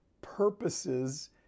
purposes